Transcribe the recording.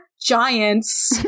giants